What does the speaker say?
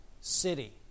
city